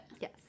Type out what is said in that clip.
yes